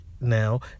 now